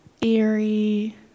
Eerie